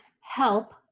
help